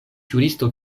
juristo